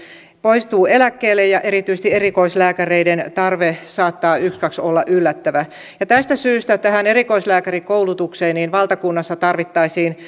poistuu eläkkeelle ja erityisesti erikoislääkäreiden tarve saattaa ykskaks olla yllättävä tästä syystä erikoislääkärikoulutukseen valtakunnassa